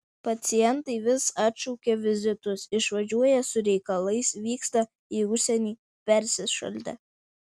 pacientai vis atšaukia vizitus išvažiuoją su reikalais vykstą į užsienį persišaldę